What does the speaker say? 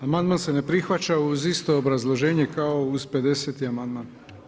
Amandman se ne prihvaća uz isto obrazloženje kao uz 50. amandman.